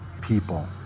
people